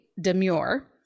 Demure